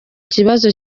kibazo